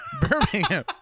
Birmingham